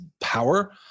power